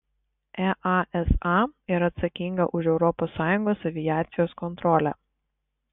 easa yra atsakinga už europos sąjungos aviacijos kontrolę